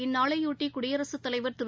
இந்நாளைபொட்டி குடியரசுத் தலைவர் திரு